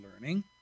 learning